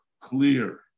clear